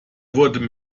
wurden